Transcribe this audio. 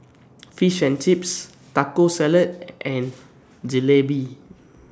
Fish and Chips Taco Salad and Jalebi